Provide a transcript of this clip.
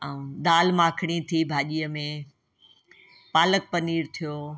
ऐं दाल माखणी थी भाॼीअ में पालक पनीर थियो